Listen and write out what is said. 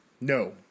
No